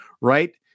right